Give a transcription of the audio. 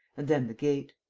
and then the gate.